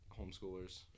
homeschoolers